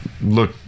look